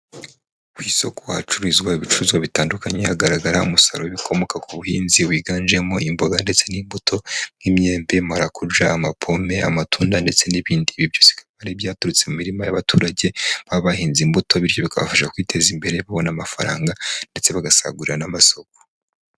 Ku isoko hacururizwa ibicuruzwa bitandukanye ,hagaragara umusaruro w'ibikomoka ku buhinzi wiganjemo:imboga ndetse n'imbuto ,nk'imyembe ,marakuja, amapome, amatunda, ndetse n'ibindi, ibi byose akaba ari ibyaturutse mu mirima y'abaturage, aho ambahinze imbuto bityo bikabafasha kwiteza imbere, babona amafaranga ,ndetse bagasagurira n'amasoko.